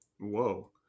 Whoa